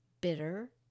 bitter